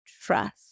Trust